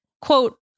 Quote